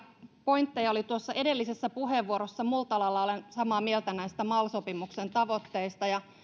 pointteja oli tuossa edellisessä puheenvuorossa multalalla olen samaa mieltä näistä mal sopimuksen tavoitteista ja